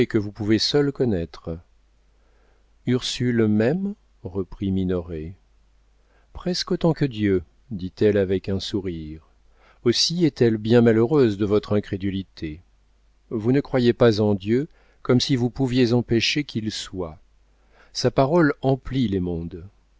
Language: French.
vous pouvez seul connaître ursule m'aime reprit minoret presque autant que dieu dit-elle avec un sourire aussi est-elle bien malheureuse de votre incrédulité vous ne croyez pas en dieu comme si vous pouviez empêcher qu'il soit sa parole emplit les mondes